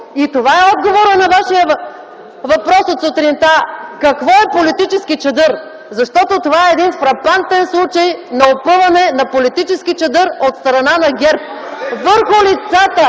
Това е отговорът на Вашия въпрос от сутринта: какво е политически чадър? Защото това е един фрапантен случай на опъване на политически чадър от страна на ГЕРБ (шум и